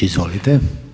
Izvolite.